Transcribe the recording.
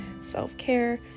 self-care